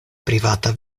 privata